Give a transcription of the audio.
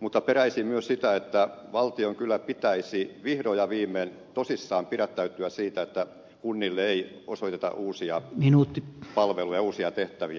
mutta peräisin myös sitä että valtion kyllä pitäisi vihdoin ja viimein tosissaan pidättäytyä siitä että kunnille ei osoiteta uusia palveluja uusia tehtäviä